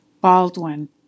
Baldwin